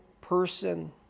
person